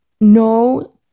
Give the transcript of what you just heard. no